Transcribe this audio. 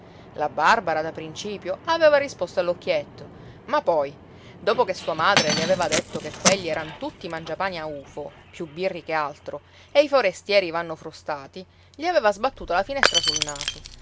la barbara da principio aveva risposto all'occhietto ma poi dopo che sua madre le aveva detto che quelli eran tutti mangiapani a ufo più birri che altro e i forestieri vanno frustati gli aveva sbattuta la finestra sul naso